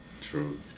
true